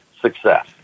success